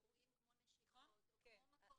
אירועים כמו נשיכות או מכות